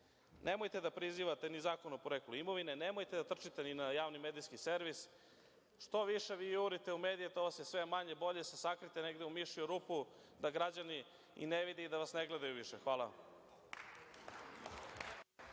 Nemojte da prizivate ni zakon o poreklu imovine. Nemojte da trčite na javni medijski servis. Što više vi jurite u medije, to vas je sve manje. Bolje se sakrijte negde u mišiju rupu da građani ne vide i da vas ne gledaju više. Hvala.